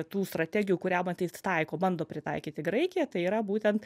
tų strategijų kurią matyt taiko bando pritaikyti graikija tai yra būtent